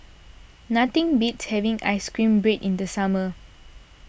nothing beats having Ice Cream Bread in the summer